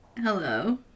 Hello